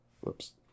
Whoops